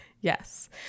Yes